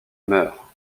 meurt